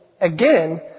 again